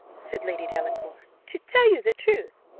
said lady delacour, to tell you the truth,